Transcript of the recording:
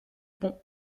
pont